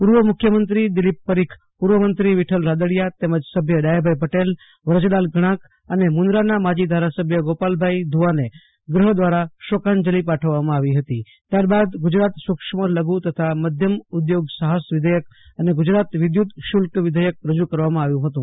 પૂર્વ મુખ્યમંત્રી દિલીપ પરીખ પૂર્વ મંત્રી વિઠ્ઠલ રાદડિયા સભ્ય ડાહ્યાભાઈ પટેલ વ્રજલાલ ધણાંક મુંદરા તલાુકા માજી ધારાસભ્ય ગોપાલભાઈ ધુવાને ગૃહ દ્વારા શોકાંજલિ પાઠવવામાં આવી હતી ત્યારબાદ ગુજરાત સૂક્ષ્મ લઘુ તથા મધ્યમ ઉદ્યોગ સાહસ વિધેયક અને ગુજરાત વિદ્યુત શુલ્ક વિધેયક રજૂ કરવામાં આવ્યું હતું